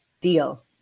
deal